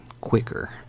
quicker